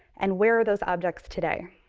and where are those objects today?